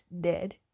dead